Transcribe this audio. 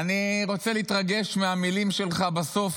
אני רוצה להתרגש מהמילים שלך בסוף,